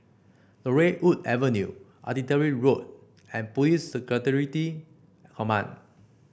Laurel Wood Avenue Artillery Road and Police Security Command